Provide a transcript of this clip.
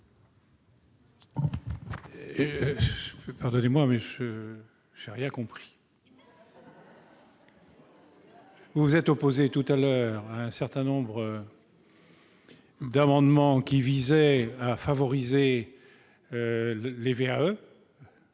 Pardonnez-moi, mais je n'ai rien compris. Vous vous êtes opposée précédemment à un certain nombre d'amendements visant à favoriser la VAE.